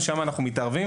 ושם אנחנו מתערבים.